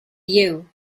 you